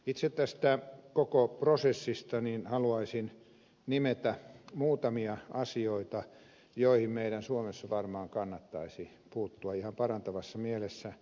itse tästä koko prosessista haluaisin nimetä muutamia asioita joihin meidän suomessa varmaan kannattaisi puuttua ihan parantavassa mielessä